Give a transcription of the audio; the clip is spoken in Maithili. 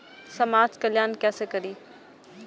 समाज कल्याण केसे करी?